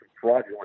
fraudulent